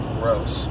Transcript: gross